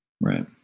Right